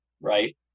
right